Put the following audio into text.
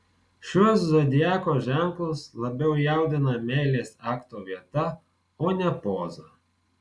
šiuos zodiako ženklus labiau jaudina meilės akto vieta o ne poza